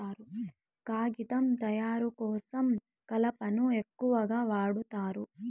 కాగితం తయారు కోసం కలపను ఎక్కువగా వాడుతారు